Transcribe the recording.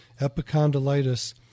Epicondylitis